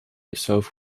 itself